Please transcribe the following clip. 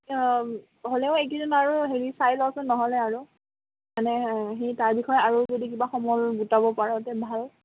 হ'লেও এইকেইদিন আৰু হেৰি চাই লওঁচোন নহ'লে আৰু মানে সেই তাৰ বিষয়ে আৰু যদি কিবা সমল গোটাব পাৰ তেতিয়া ভাল